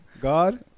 God